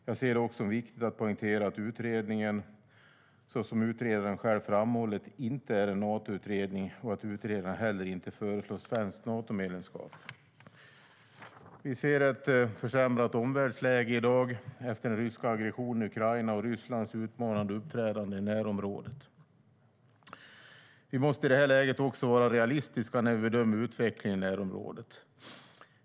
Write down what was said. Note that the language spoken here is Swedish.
Jag ser det också som viktigt att poängtera att utredningen, såsom utredaren själv framhållit, inte är en Natoutredning och att utredaren heller inte föreslår svenskt Natomedlemskap.Vi ser i dag ett försämrat omvärldsläge efter den ryska aggressionen i Ukraina och Rysslands utmanande uppträdande i närområdet. Vi måste i det här läget också vara realistiska när vi bedömer utvecklingen i närområdet.